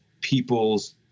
people's